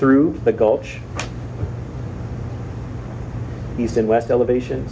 through the gulch east and west elevation